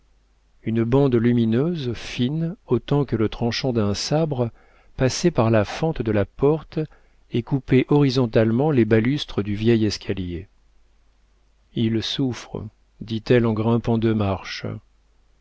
une bande lumineuse fine autant que le tranchant d'un sabre passait par la fente de la porte et coupait horizontalement les balustres du vieil escalier il souffre dit-elle en grimpant deux marches